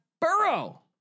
Burrow